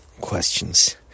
questions